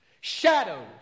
shadows